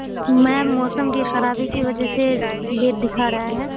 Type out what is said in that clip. میم موسم کی خرابی کی وجہ سے لیٹ دکھا رہا ہے